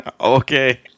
Okay